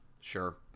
Sure